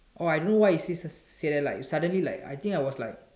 oh I don't know why he say say that like suddenly like I think I was like